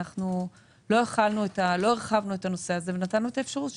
לא הרחבנו את הנושא הזה ונתנו פיצוי